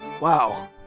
Wow